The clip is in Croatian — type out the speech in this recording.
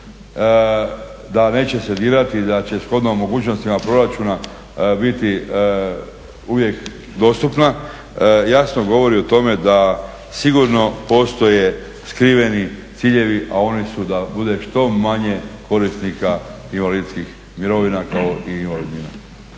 da se neće dirati i da će shodno mogućnostima proračuna biti uvijek dostupna jasno govori o tome da sigurno postoje skriveni ciljevi, a oni su da bude što manje korisnika invalidskih mirovina kao i invalidnina.